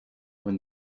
when